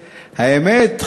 האמת,